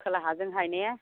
खोलाहाजोंहाय ने